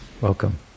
welcome